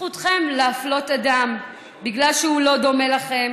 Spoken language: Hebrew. זכותכם להפלות אדם בגלל שהוא לא דומה לכם